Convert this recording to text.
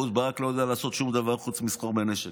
אהוד ברק לא יודע לעשות שום דבר חוץ מלסחור בנשק.